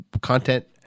content